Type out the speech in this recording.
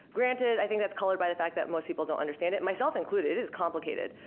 granted, i think that's colored by the fact that most people don't understand it, myself included. it's complicated.